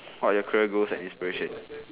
what are your career goals and inspirations